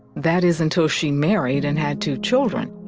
that is until she married and had two children.